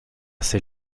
ces